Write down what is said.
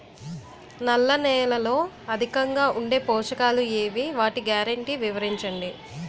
నల్ల నేలలో అధికంగా ఉండే పోషకాలు ఏవి? వాటి గ్యారంటీ వివరించండి?